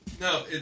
No